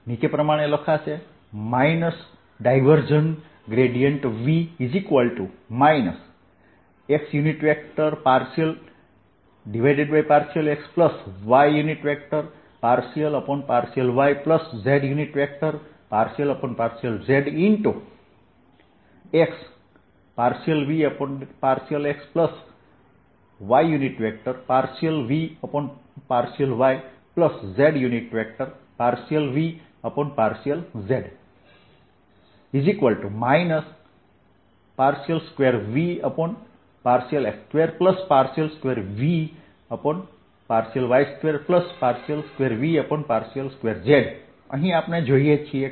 V x∂xy∂yz∂zx∂V∂xy∂V∂yz∂V∂z 2Vx22Vy22Vz2 અહીં આપણે જોઈએ કે